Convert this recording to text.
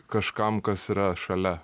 kažkam kas yra šalia